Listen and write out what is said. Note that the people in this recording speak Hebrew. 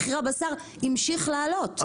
מחיר הבשר המשיך לעלות.